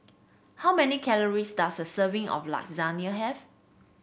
how many calories does a serving of Lasagna have